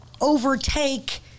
overtake